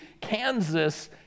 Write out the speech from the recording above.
Kansas